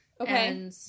Okay